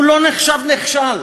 הוא לא נחשב נכשל.